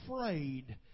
afraid